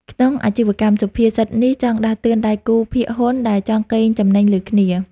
ក្នុងអាជីវកម្ម សុភាសិតនេះចង់ដាស់តឿនដៃគូភាគហ៊ុនដែលចង់កេងចំណេញលើគ្នា។